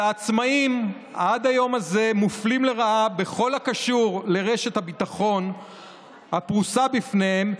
עד היום העצמאים מופלים לרעה בכל הקשור לרשת הביטחון הפרוסה בפניהם,